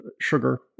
sugar